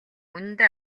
үнэндээ